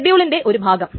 ഷെഡ്യൂളിന്റെ ഒരു ഭാഗം